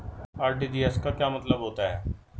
RTGS का क्या मतलब होता है?